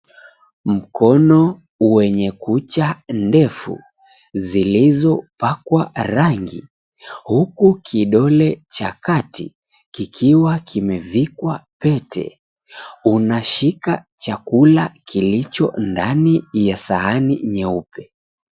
Mkono wenye kucha ndefu zilizopakwa rangi huku kidole cha kati kikiwa kimevikwa pete unashika chakula kilicho ndani ya sahani nyeupe.